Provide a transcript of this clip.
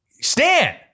Stan